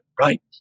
right